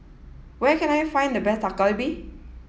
where can I find the best Dak Galbi